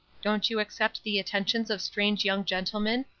don't you accept the attentions of strange young gentlemen,